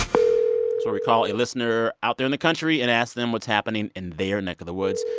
where we call a listener out there in the country and ask them what's happening in their neck of the woods.